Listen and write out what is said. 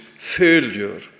Failure